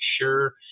sure